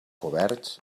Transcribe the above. coberts